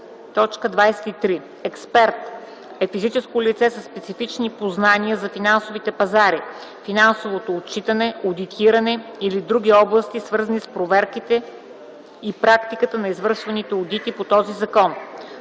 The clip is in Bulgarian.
23. „Експерт” е физическо лице със специфични познания за финансовите пазари, финансовото отчитане, одитиране или други области, свързани с проверките и практиката на извършваните одити по този закон.